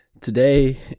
Today